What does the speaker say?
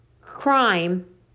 crime